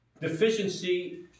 Deficiency